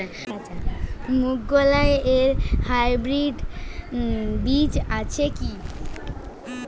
মুগকলাই এর হাইব্রিড বীজ আছে কি?